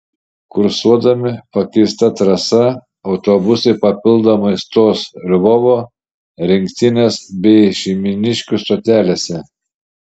kursuodami pakeista trasa autobusai papildomai stos lvovo rinktinės bei šeimyniškių stotelėse